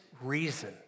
reason